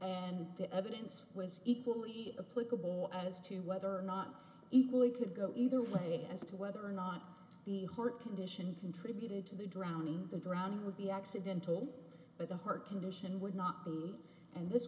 and the evidence was equally a put as to whether or not equally could go either way as to whether or not the heart condition contributed to the drowning drowning would be accidental but the heart condition would not be and this